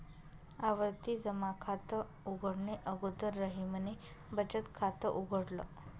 आवर्ती जमा खात उघडणे अगोदर रहीमने बचत खात उघडल